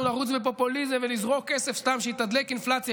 לרוץ בפופוליזם ולזרוק סתם כסף שיתדלק אינפלציה,